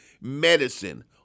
Medicine